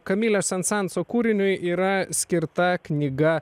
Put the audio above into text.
kamilio sensanso kūriniui yra skirta knyga